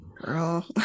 girl